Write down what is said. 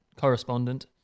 correspondent